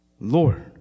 Lord